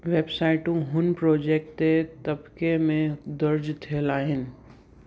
web साइटूं हुन project ते तबिके में दर्जु थियल आहिनि